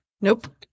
Nope